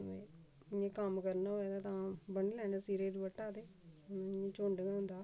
ते इ'यां कम्म करना होऐ तां बन्नी लैने सिरे दपट्टा तेे इ'यां झुंड गै होंदा